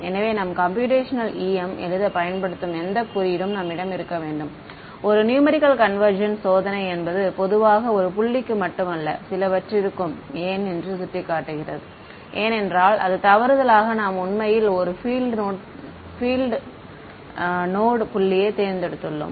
எனவே நாம் computational em எழுத பயன்படுத்தும் எந்த குறியீடும் நம்மிடம் இருக்க வேண்டும் ஒரு நியூமரிக்கல் கான்வெர்ஜென்ஸ் சோதனை என்பது பொதுவாக ஒரு புள்ளிக்கு மட்டுமல்ல சிலவற்றிற்கும் ஏன் என்று சுட்டிக்காட்டுகிறது ஏனென்றால் அது தவறுதலாக நாம் உண்மையில் ஒரு பீல்ட் நோட் புள்ளியைத் தேர்ந்தெடுத்துள்ளோம்